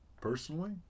personally